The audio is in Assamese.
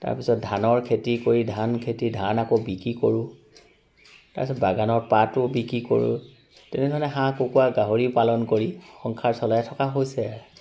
তাৰপিছত ধানৰ খেতি কৰি ধান খেতি ধান আকৌ বিক্ৰী কৰো তাৰপিছত বাগানৰ পাতো বিক্ৰী কৰো তেনেধৰণে হাঁহ কুকুৰা গাহৰি পালন কৰি সংসাৰ চলাই থকা হৈছে